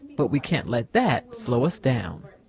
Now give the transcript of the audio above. but we can't let that slow us down.